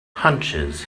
hunches